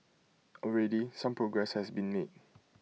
already some progress has been made